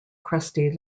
crusty